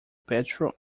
petrol